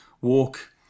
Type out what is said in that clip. walk